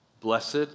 Blessed